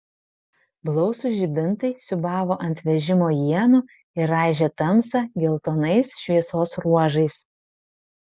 blausūs žibintai siūbavo ant vežimo ienų ir raižė tamsą geltonais šviesos ruožais